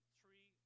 three